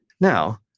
Now